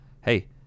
Hey